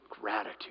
gratitude